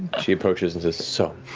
she approaches and says, so